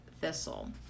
thistle